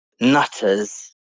nutters